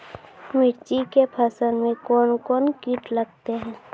मिर्ची के फसल मे कौन कौन कीट लगते हैं?